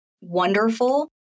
wonderful